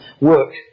work